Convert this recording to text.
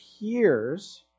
appears